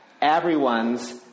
Everyone's